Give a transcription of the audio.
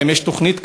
האם יש תוכנית כזאת?